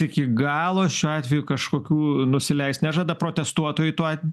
iki galo šiuo atveju kažkokių nusileist nežada protestuotojai tuo